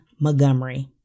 Montgomery